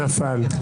נפל.